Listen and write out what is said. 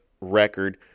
record